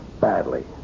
Badly